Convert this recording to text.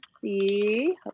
see